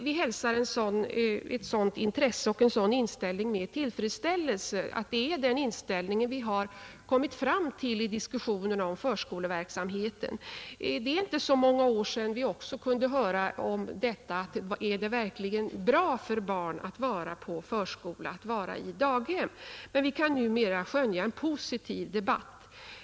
Vi hälsar ett sådant intresse och en sådan inställning med tillfredsställelse; vi är glada över att man har kommit fram till den inställningen i diskussionen om förskoleverksamheten. Det är inte så många år sedan vi kunde höra hur man ställde frågan: Är det verkligen bra för barn att vara i förskola, att vara i daghem? Men numera kan vi alltså skönja en positiv debatt.